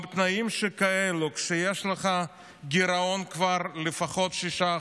בתנאים שכאלה, כשכבר יש לך גירעון, לפחות 6%,